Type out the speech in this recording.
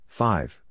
five